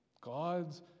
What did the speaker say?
God's